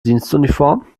dienstuniform